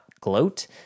gloat